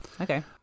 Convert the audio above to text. Okay